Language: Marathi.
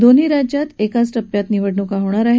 दोन्ही राज्यात एकाच टप्प्यात निवडणुका होणार आहेत